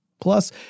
Plus